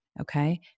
okay